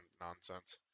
nonsense